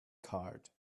card